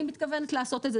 אני מתכוונת לעשות את זה,